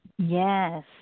Yes